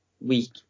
week